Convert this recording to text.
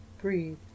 Breathe